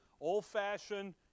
old-fashioned